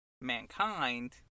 mankind